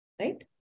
right